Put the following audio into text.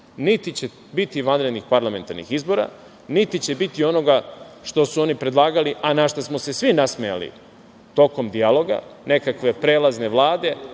Niti će biti vanrednih parlamentarnih izbora, niti će biti onoga što su oni predlagali, a na šta smo se svi nasmejali tokom dijaloga, nekakve prelazne Vlade,